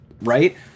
Right